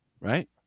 right